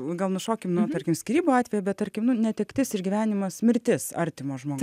gal nušokim nuo tarkim skyrybų atvejo bet tarkim netektis išgyvenimas mirtis artimo žmogaus